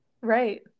right